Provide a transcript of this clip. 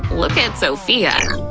look at sophia,